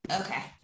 Okay